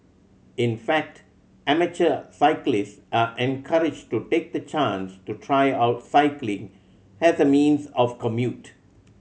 in fact amateur cyclist are encouraged to take the chance to try out cycling as a means of commute